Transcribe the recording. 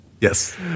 yes